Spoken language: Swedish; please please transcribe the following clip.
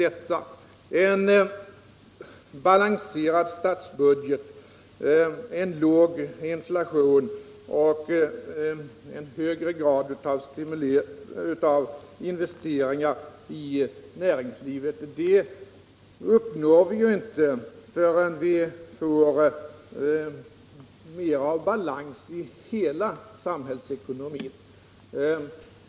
En balanserad statsbudget, en låg inflation och en högre grad av investeringar i näringslivet uppnår vi inte förrän vi får mer av balans i hela samhällsekonomin.